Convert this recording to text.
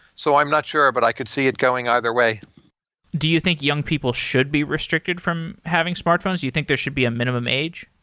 so i'm not sure, but i could see it going either way do you think young people should be restricted from having smartphones? do you think there should be a minimum age?